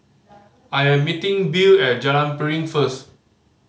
I am meeting Bill at Jalan Piring first